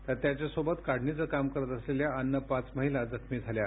तर त्याच्यासोबत काढणीचं काम करीत असलेल्या अन्य पाच महिला जख्मी झाल्या आहेत